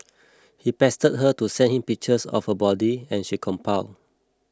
he pestered her to send him pictures of her body and she complied